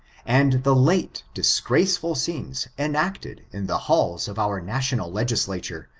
and the late disgraceful scenes enacted in the halls of our national legislature,